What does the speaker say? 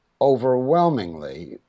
overwhelmingly